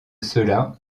cela